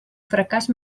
fracàs